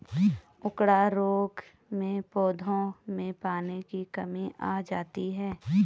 उकडा रोग में पौधों में पानी की कमी आ जाती है